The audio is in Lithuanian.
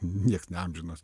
nieks neamžinas